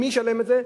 מי ישלם את זה?